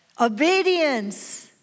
Obedience